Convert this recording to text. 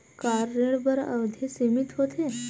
का ऋण बर अवधि सीमित होथे?